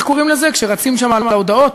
איך קוראים לזה כשרצים שם על ההודעות?